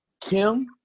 Kim